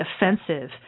offensive